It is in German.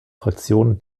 fraktion